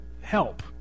help